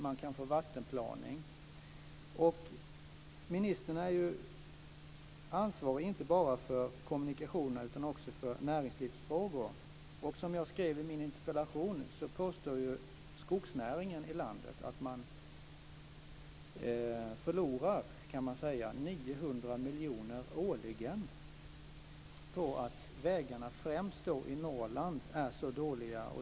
Man kan få vattenplaning, och ministern är ansvarig inte bara för kommunikationerna utan också för näringslivsfrågor. Som jag skrev i min interpellation påstår skogsnäringen i landet att man förlorar 900 miljoner årligen på att vägarna främst i Norrland är så dåliga.